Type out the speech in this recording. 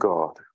God